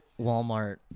Walmart